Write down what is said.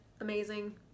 amazing